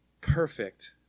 perfect